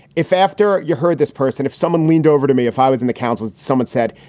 if after you heard this person, if someone leaned over to me, if i was in the council, someone said,